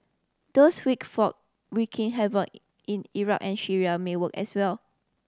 those wick folk wreaking havoc in Iraq and Syria may work as well